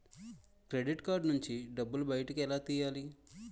Credit card నుంచి డబ్బు బయటకు ఎలా తెయ్యలి?